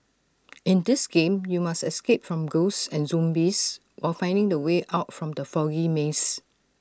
in this game you must escape from ghosts and zombies while finding the way out from the foggy maze